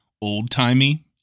old-timey